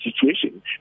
situation